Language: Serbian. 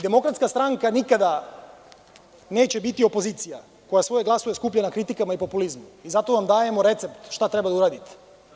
Demokratska stranka nikada neće biti opozicija koja svoje glasove skuplja na kritikama i populizmu i zato vam dajemo recept šta treba da uradite.